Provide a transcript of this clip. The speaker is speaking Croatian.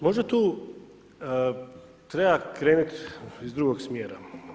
Možda tu treba krenuti iz drugog smjera.